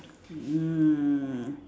mm